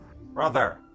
Brother